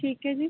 ਠੀਕ ਹੈ ਜੀ